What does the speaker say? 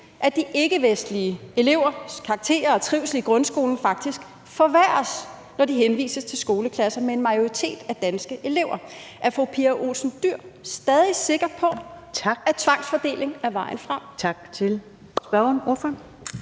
at de ikkevestlige elevers karakterer og trivsel i grundskolen faktisk forværres, når de henvises til skoleklasser med en majoritet af danske elever. Er fru Pia Olesen Dyhr stadig sikker på, at tvangsfordeling er vejen frem? Kl. 14:21 Første næstformand